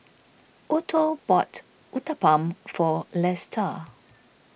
Otho bought Uthapam for Lesta